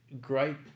Great